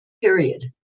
period